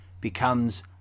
becomes